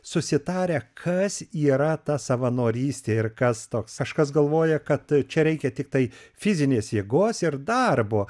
susitarę kas yra ta savanorystė ir kas toks kažkas galvoja kad čia reikia tiktai fizinės jėgos ir darbo